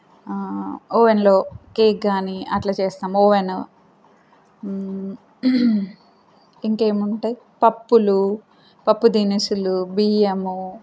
ఓవన్లో cake కానీ అట్లా చేస్తాము ఓవెను ఇంకేముంటాయి పప్పులు పప్పు దినుసులు బియ్యము